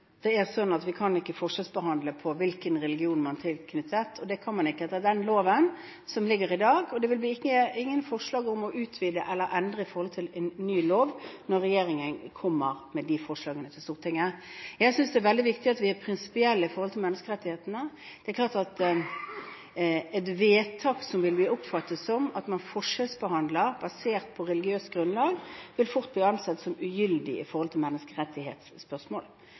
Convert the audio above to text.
Det er sånn at vi kan ikke forskjellsbehandle på bakgrunn av hvilken religion man er tilknyttet. Det kan man ikke etter den loven som foreligger i dag. Og det vil ikke komme forslag om å utvide eller endre i forhold til en ny lov når regjeringen kommer med disse forslagene til Stortinget. Jeg synes det er veldig viktig at vi er prinsipielle når det gjelder menneskerettighetene. Det er klart at et vedtak som vil bli oppfattet som at man forskjellsbehandler basert på religiøst grunnlag, vil fort bli ansett som ugyldig sett i forhold til menneskerettighetsspørsmål.